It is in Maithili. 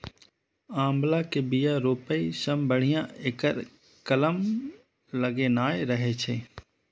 आंवला के बिया रोपै सं बढ़िया एकर कलम लगेनाय रहै छै